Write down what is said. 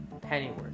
Pennyworth